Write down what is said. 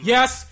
Yes